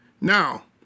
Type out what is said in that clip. Now